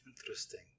Interesting